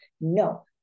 no